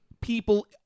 people